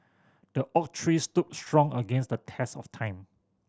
the oak tree stood strong against the test of time